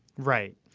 right.